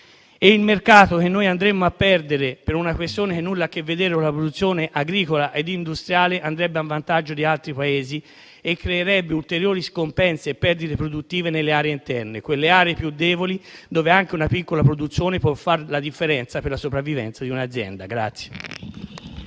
e il mercato che andremmo a perdere per una questione che nulla ha a che vedere con una produzione agricola e industriale andrebbe a vantaggio di altri Paesi e creerebbe ulteriori scompensi e perdite produttive nelle aree interne, quelle più deboli dove anche una piccola produzione può fare la differenza per la sopravvivenza di un'azienda.